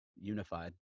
unified